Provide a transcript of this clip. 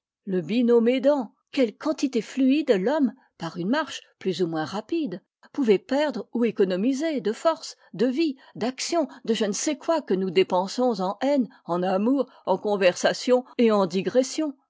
le binôme aidant quelle quantité fluide l'homme par une marche plus ou moins rapide pouvait perdre ou économiser de force de vie d'action de je ne sais quoi que nous dépensons en haine en amour en conversation et en digression